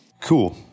Cool